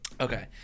okay